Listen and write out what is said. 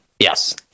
Yes